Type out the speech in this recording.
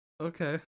Okay